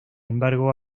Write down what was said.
embargo